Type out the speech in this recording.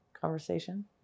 conversation